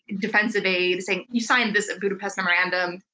defensive aid, saying, you signed this budapest memorandum,